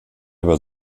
aber